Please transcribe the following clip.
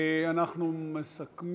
ההצעה